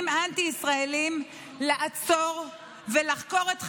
אנטי-ישראליים לעצור ולחקור את חיילינו.